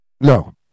No